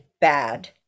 bad